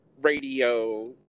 radio